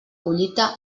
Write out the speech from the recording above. collita